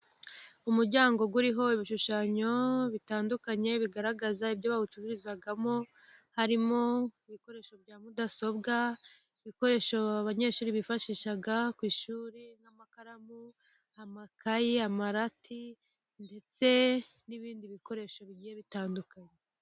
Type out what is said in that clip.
Umuryango uriho ibishushanyo bitandukanye bigaragaza ibyo bawucururizamo, harimo ibikoresho bya mudasobwa, ibikoresho abanyeshuri bifashisha ku ishuri, nk'amakaramu, amakayi, amarati ndetse n'ibindi bikoresho bigiye bitandukanye.